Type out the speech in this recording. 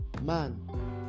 Man